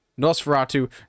nosferatu